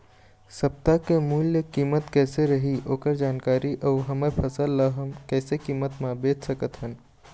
सप्ता के मूल्य कीमत कैसे रही ओकर जानकारी अऊ हमर फसल ला हम कैसे कीमत मा बेच सकत हन?